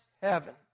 heaven